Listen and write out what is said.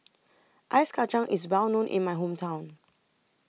Ice Kachang IS Well known in My Hometown